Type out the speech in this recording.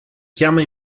chiama